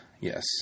yes